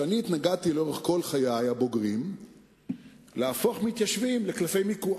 שאני התנגדתי לאורך כל חיי הבוגרים להפוך מתיישבים לקלפי מיקוח,